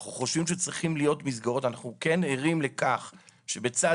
אנחנו חושבים שצריכים להיות מסגרות ואנחנו כן ערים לכך שלצד